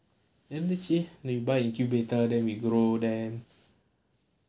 என்னாச்சு:ennaachchu we buy incubator then we grow them